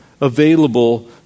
available